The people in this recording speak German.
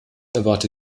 erwarte